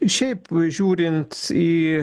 šiaip žiūrint į